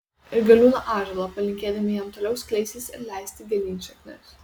ir galiūną ąžuolą palinkėdami jam toliau skleistis ir leisti gilyn šaknis